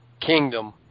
kingdom